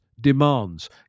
demands